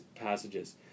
passages